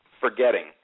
forgetting